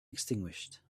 extinguished